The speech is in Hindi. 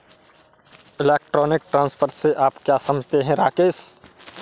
इलेक्ट्रॉनिक ट्रांसफर से आप क्या समझते हैं, राकेश?